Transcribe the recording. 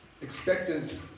expectant